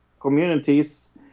communities